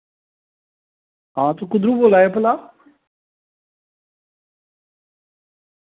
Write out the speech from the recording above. हां तुस कुद्धरूं बोला दे भला